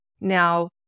Now